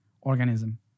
organism